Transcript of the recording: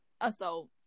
assault